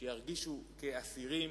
שירגישו כאסירים,